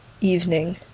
evening